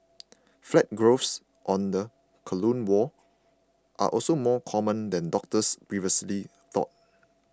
flat growths on the colon wall are also more common than doctors previously thought